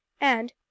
and—